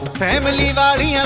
family values